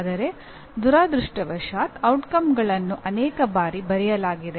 ಆದರೆ ದುರದೃಷ್ಟವಶಾತ್ ಪರಿಣಾಮಗಳನ್ನು ಅನೇಕ ಬಾರಿ ಬರೆಯಲಾಗಿದೆ